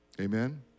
amen